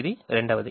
ఇది రెండవది